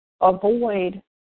avoid